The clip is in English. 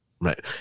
Right